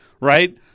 Right